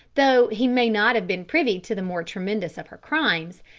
though he may not have been privy to the more tremendous of her crimes,